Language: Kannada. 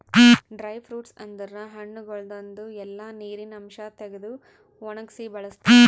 ಡ್ರೈ ಫ್ರೂಟ್ಸ್ ಅಂದುರ್ ಹಣ್ಣಗೊಳ್ದಾಂದು ಎಲ್ಲಾ ನೀರಿನ ಅಂಶ ತೆಗೆದು ಒಣಗಿಸಿ ಬಳ್ಸತಾರ್